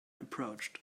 approached